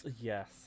Yes